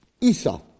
Isa